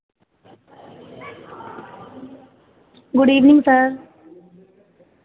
good evening sir